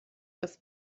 das